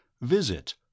visit